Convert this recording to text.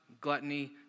gluttony